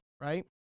Right